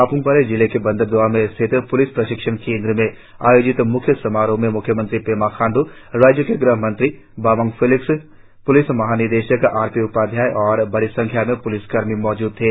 पाप्मपारे जिले के बंदरदेवा में स्थित पुल्स प्रशिक्षण केंद्र में आयोजित म्ख्य समारोह में म्ख्यमंत्री पेमा खांडू राज्य के गृहमंत्री बामंग फेलिक्स प्लिस महानिदेशक आर पी उपाध्याय और बड़ी संख्या में प्लिस कर्मि मौजूद थे